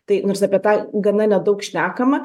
tai nors apie tai gana nedaug šnekama